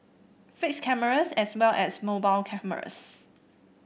fixed cameras as well as mobile cameras